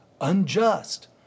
unjust